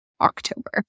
October